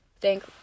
thank